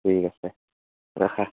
ঠিক আছে ৰাখা